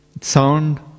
sound